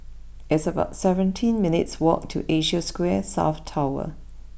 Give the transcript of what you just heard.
it's about seventeen minutes' walk to Asia Square South Tower